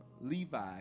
Levi